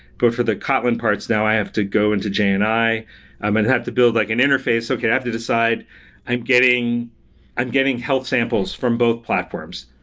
but for the koltin parts, now i have to go into jni. and i and have to build like an interface. okay, i have to decide i'm getting i'm getting health samples from both platforms.